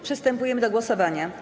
Przystępujemy do głosowania.